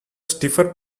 stiffer